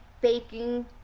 baking